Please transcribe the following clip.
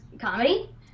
comedy